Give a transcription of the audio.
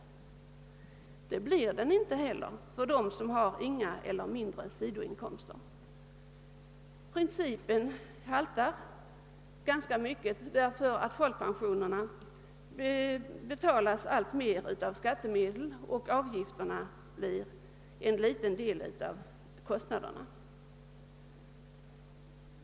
Den beskattas ju inte heller för dem som har ingen eller endast en liten sidoinkomst. Jämförelsen haltar ganska mycket eftersom folkpensionerna alltmer betalas av skattemedel och avgifterna blir endast en liten del av kostnaderna.